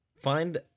Find